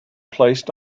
placed